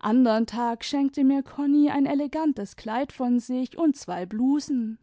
andern tags schenkte mir konni ein elegantes kleid von sidh und zwei blusen